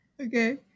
Okay